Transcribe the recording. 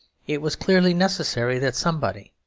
it was clearly necessary that somebody,